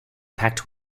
packed